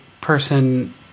person